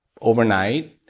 overnight